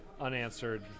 unanswered